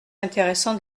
intéressant